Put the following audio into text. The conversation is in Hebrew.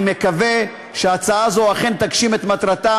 אני מקווה שהצעה זו אכן תגשים את מטרתה